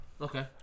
Okay